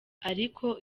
ariko